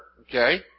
Okay